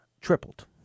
Tripled